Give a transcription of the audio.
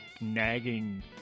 nagging